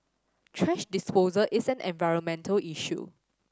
thrash disposal is an environmental issue